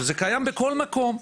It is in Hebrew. שזה קיים בכל מקום.